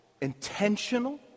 intentional